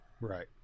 right